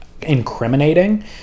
incriminating